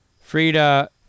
Frida